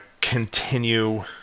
continue